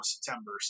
September